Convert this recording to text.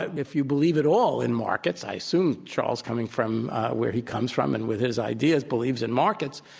if you believe at all in markets, i assume, charles, coming from where he comes from and with his ideas believes in markets,